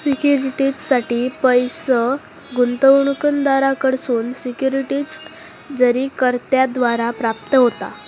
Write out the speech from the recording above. सिक्युरिटीजसाठी पैस गुंतवणूकदारांकडसून सिक्युरिटीज जारीकर्त्याद्वारा प्राप्त होता